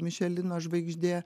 mišelino žvaigždė